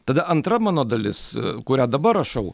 tada antra mano dalis kurią dabar rašau